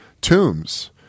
tombs